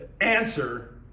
answer